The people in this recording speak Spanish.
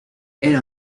era